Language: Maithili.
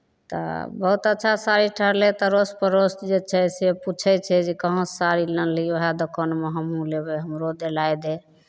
तऽ बहुत अच्छा साड़ी ठहरलै तऽ अरोस परोस जे छै से पुछै छै जे कहाॅंसॅं साड़ी आनलिही वएह दोकानमे हमहुॅं लेबै हमरो देलाइ दे